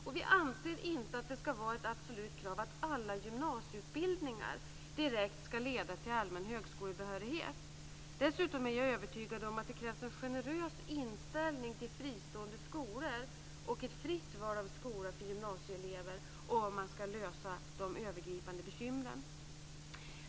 Och vi anser inte att det ska vara ett absolut krav att alla gymnasieutbildningar direkt ska leda till allmän högskolebehörighet. Dessutom är jag övertygad om att det krävs en generös inställning till fristående skolor och ett fritt val av skola för gymnasieelever om vi ska lösa de övergripande problemen.